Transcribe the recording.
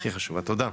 הכי חשובה, תודה.